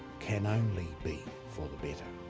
can only be for the better.